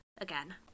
again